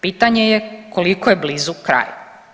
Pitanje je koliko je blizu kraj.